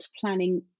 planning